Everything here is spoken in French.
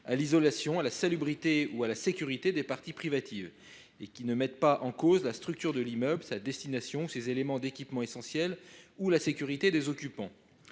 à l’isolation, à la salubrité ou à la sécurité des parties privatives, tant que ces travaux ne mettent pas en cause la structure de l’immeuble, sa destination, ses éléments d’équipement essentiels ou la sécurité des occupants.